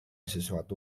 sesuatu